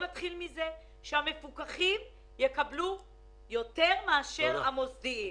בוא נתחיל מזה שהמפוקחים יקבלו יותר מאשר המוסדיים.